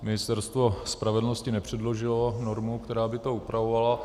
Ministerstvo spravedlnosti nepředložilo normu, která by to upravovala.